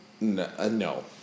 No